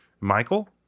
Michael